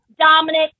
Dominic